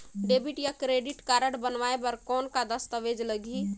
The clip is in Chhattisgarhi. डेबिट या क्रेडिट कारड बनवाय बर कौन का दस्तावेज लगही?